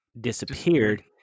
disappeared